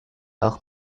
auch